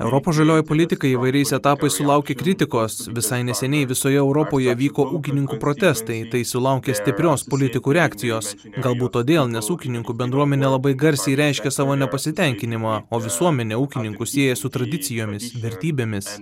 europos žalioji politika įvairiais etapais sulaukė kritikos visai neseniai visoje europoje vyko ūkininkų protestai tai sulaukė stiprios politikų reakcijos galbūt todėl nes ūkininkų bendruomenė labai garsiai reiškė savo nepasitenkinimą o visuomenė ūkininkus sieja su tradicijomis vertybėmis